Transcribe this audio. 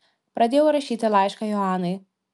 pradėjau rašyti laišką joanai